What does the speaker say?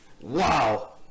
Wow